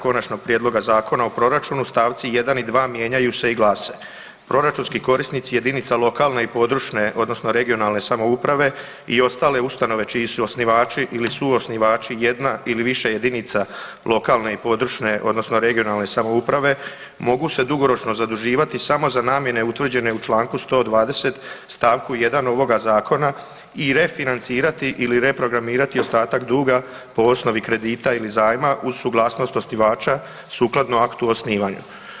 Konačnog prijedlog Zakona o proračunu stavci 1. i 2. mijenjaju se i glase: „Proračunski korisnici jedinice lokalne i područne (regionalne) samouprave i ostale ustanove čiji su osnivači ili suosnivači jedna ili više jedinica lokalne i područne (regionalne) samouprave mogu se dugoročno zaduživati samo za namjene utvrđene u čl. 120. st. 1. ovoga Zakona ili refinancirati ili reprogramirati ostatak duga po osnovi kredita ili zajma uz suglasnost osnivača sukladno aktu osnivanja.